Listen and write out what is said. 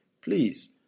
Please